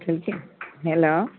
hello